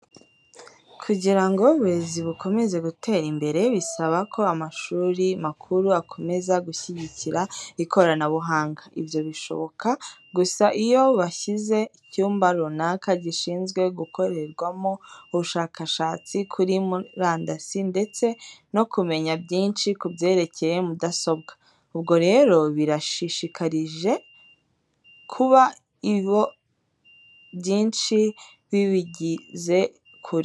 Kugira ngo uburezi bukomeze gutera imbere, bisaba ko amashuri makuru akomeza gushyigikira ikoranabuhanga. Ibyo bishoboka gusa iyo bashyize icyumba runaka gishinzwe gukorerwamo ubushakashatsi kuri murandasi ndetse no kumenya byinshi kubyerekeye mudasobwa. Ubwo rero birashishikaje kuba ibo byinshi bibigeze kure.